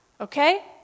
Okay